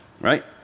right